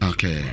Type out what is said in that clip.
Okay